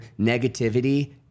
Negativity